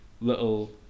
little